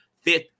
fifth